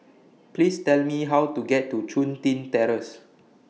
Please Tell Me How to get to Chun Tin Terrace